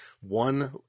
one